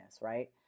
right